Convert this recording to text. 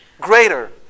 greater